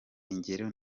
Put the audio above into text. ingero